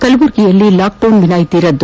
ಕಲಬುರಗಿಯಲ್ಲಿ ಲಾಕ್ಡೌನ್ ವಿನಾಯಿತಿ ರದ್ನು